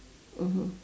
mmhmm